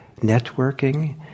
networking